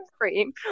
cream